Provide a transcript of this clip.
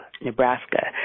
Nebraska